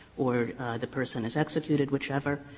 or the person is executed, whichever,